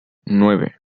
nueve